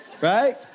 Right